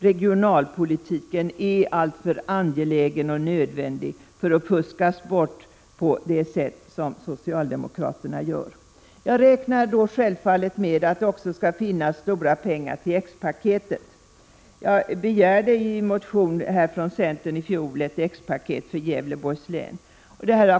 Regionalpolitiken är alltför angelägen och nödvändig för att fuskas bort på det sätt som socialdemokraterna gör. Jag räknar med att det då självfallet också finns stora pengar till X-paketet. Jag begärde i en motion i fjol ett åtgärdspaket för Gävleborgs län.